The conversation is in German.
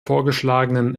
vorgeschlagenen